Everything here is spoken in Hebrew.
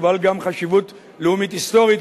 אבל גם חשיבות לאומית היסטורית.